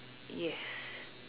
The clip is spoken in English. yes